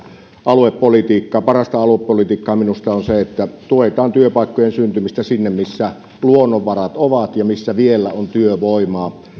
aluepolitiikkaa parasta aluepolitiikkaa minusta on se että tuetaan työpaikkojen syntymistä sinne missä luonnonvarat ovat ja missä vielä on työvoimaa